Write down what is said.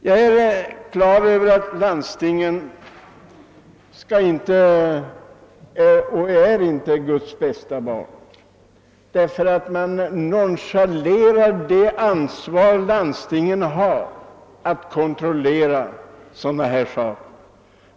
Jag är på det klara med att landstingen inte är Guds bästa barn, ty de nonchalerar sitt ansvar att kontrollera sådana här ting.